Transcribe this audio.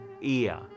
ear